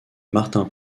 martin